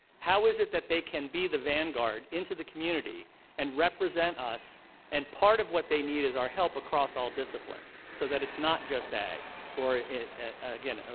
how is it that they can be the vanguard into the community and represent us and part of what they need is our help across all disciplines so that it's not just ag or, again,